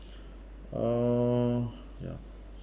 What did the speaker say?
uh ya